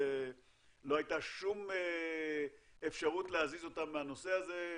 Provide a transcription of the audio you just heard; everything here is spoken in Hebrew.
לא הייתה שום אפשרות להזיז אותם מהנושא הזה,